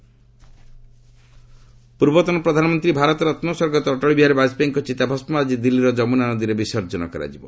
ବାଜପେୟୀ ଆସେସ୍ ପୂର୍ବତନ ପ୍ରଧାନମନ୍ତ୍ରୀ ଭାରତ ରତ୍ନ ସ୍ୱର୍ଗତ ଅଟଳ ବିହାରୀ ବାଜପେୟୀଙ୍କ ଚିତାଭସ୍ମ ଆଜି ଦିଲ୍ଲୀର ଯମୁନା ନଦୀରେ ବିସର୍ଜନ କରାଯିବ